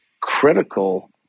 critical